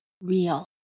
real